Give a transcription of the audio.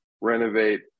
renovate